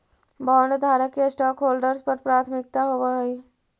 बॉन्डधारक के स्टॉकहोल्डर्स पर प्राथमिकता होवऽ हई